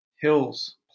hills